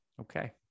Okay